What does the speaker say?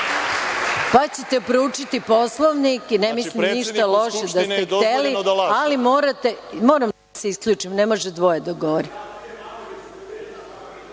pa ćete proučiti Poslovnik. Ne mislim ništa loše da ste hteli. Moram da vas isključim, ne može dvoje da govori. Pošto